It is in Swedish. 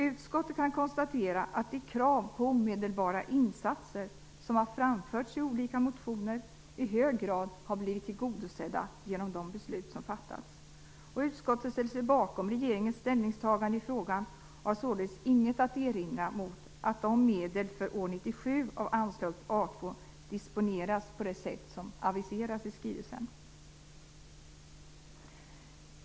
Utskottet kan konstatera att de krav på omedelbara insatser som har framförts i olika motioner i hög grad har blivit tillgodosedda genom de beslut som fattats. Utskottet ställer sig bakom regeringens ställningstagande i frågan och har således inget att erinra mot att en del av medlen för år 1997 av anslaget A2 disponeras på det sätt som aviseras i skrivelsen.